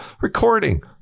Recording